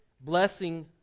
blessing